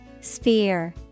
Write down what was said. Sphere